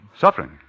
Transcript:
Suffering